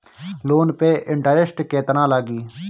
Loan पे interest केतना लागी?